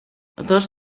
dos